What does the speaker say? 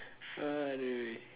ah don't worry